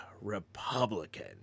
Republican